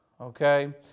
okay